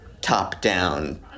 top-down